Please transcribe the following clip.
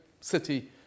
city